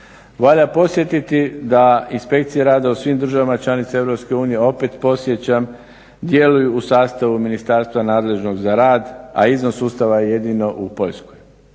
Valja podsjetiti da inspekcije rada u svim državama članicama Europske unije, opet podsjećam, djeluju u sastavu Ministarstva nadležnog za rad, a izvan sustava je jedino u Poljskoj.